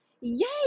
yay